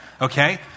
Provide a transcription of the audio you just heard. Okay